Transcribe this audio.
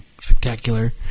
spectacular